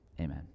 Amen